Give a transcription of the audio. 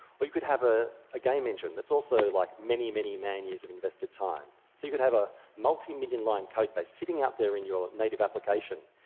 or you could have a a game engine that's also like many, many man years of invested time. so you could have a multi-million line code by sitting out there in your own native application.